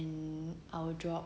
and I would drop